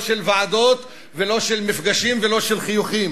לא של ועדות ולא של מפגשים ולא של חיוכים.